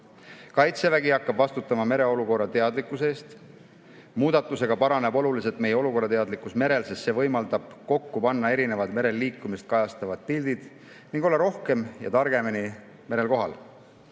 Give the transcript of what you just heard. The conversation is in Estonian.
Kaitsevägi hakkab vastutama mereolukorrateadlikkuse eest. Muudatusega paraneb oluliselt meie olukorrateadlikkus merel, sest see võimaldab kokku panna erinevad merel liikumist kajastavad pildid ning olla rohkem ja targemini merel kohal.